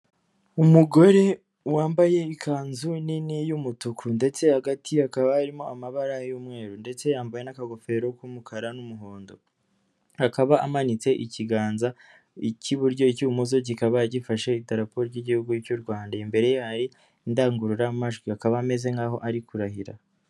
Umugore wambaye ikanzu nini y'umutuku ndetse hagati hakaba harimo amabara y'umweru ndetse yambaye n'akagofero k'umukara n'umuhondo, akaba amanitse ikiganza cy'iburyo icy'imoso kikaba gifashe idarapo ry'igihugu cy'u Rwanda. Imbere hari indangururamajwi akaba ameze nk'aho ari kurahira.